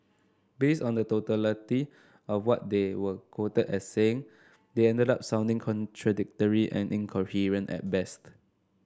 based on the totality of what they were quoted as saying they ended up sounding contradictory and incoherent at best